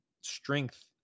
strength